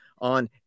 on